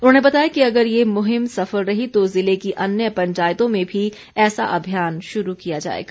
उन्होंने बताया कि अगर ये मुहिम सफल रही तो जिले की अन्य पंचायतों में भी ऐसा अभियान शुरू किया जाएगा